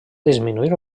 disminuir